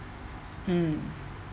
mm